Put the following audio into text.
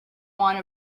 want